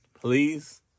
Please